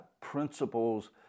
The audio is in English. principles